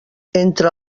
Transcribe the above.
entre